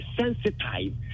sensitize